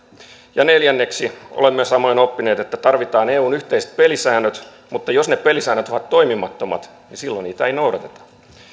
neljänneksi olemme samoin oppineet että tarvitaan eun yhteiset pelisäännöt mutta jos ne pelisäännöt ovat toimimattomat niin silloin niitä ei noudateta